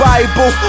Bible